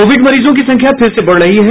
Covid मरीजों की संख्या फिर से बढ़ रही है